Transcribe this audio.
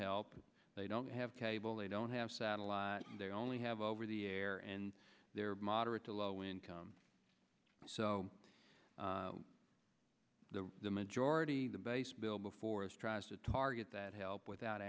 help they don't have cable they don't have satellite they only have over the air and they're moderate to low income so the majority the base bill before us tries to target that help without